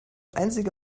einzige